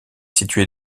situé